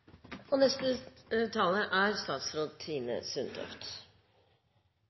saken. Neste taler er